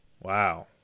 Wow